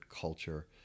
culture